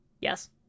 Yes